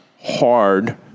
hard